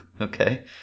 Okay